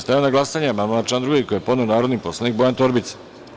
Stavljam na glasanje amandman na član 2. koji je podneo narodni poslanik Bojan Torbica.